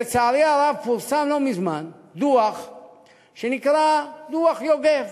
לצערי הרב פורסם לא מזמן דוח שנקרא "דוח יוגב".